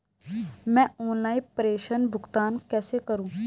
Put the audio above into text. मैं ऑनलाइन प्रेषण भुगतान कैसे करूँ?